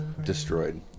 destroyed